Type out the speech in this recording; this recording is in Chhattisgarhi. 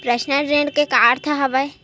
पर्सनल ऋण के का अर्थ हवय?